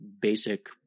basic